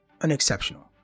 unexceptional